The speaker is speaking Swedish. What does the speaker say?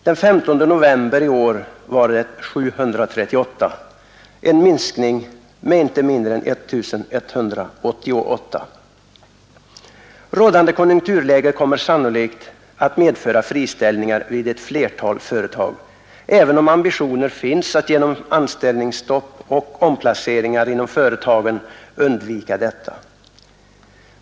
Den 15 november i år var det 738, en minskning med inte mindre än 1188. Rådande konjunkturläge kommer sannolikt att medföra friställningar vid ett flertal företag, även om ambitioner finns att genom anställningsstopp och omplaceringar inom företagen undvika detta.